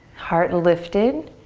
heart lifted.